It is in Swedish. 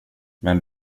men